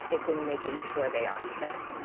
it's in making sure they are fit.